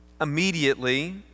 Immediately